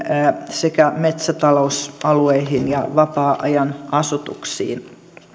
sekä metsätalousalueihin ja vapaa ajan asutukseen